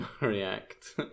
react